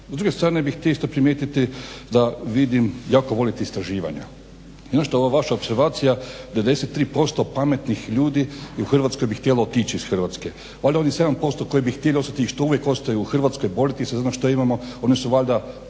S druge strane bih htio isto primijetiti da vidim jako volite istraživanja. I ono što ova vaša opservacija da 93% pametnih ljudi u Hrvatskoj bi htjelo otići iz Hrvatske. Valjda onih 7% koji bi htjeli ostati i što uvijek ostaju u Hrvatskoj boriti se za ono što imamo oni su valjda